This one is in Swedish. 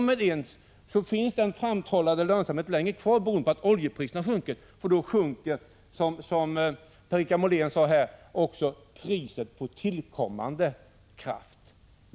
Med ens finns inte den framtrollade lönsamheten kvar längre, beroende på att oljepriserna har sjunkit. Då sjunker, som Per-Richard Molén sade, också priset på tillkommande kraft.